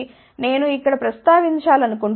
కాబట్టి నేను ఇక్కడ ప్రస్తావించాలనుకుంటున్నాను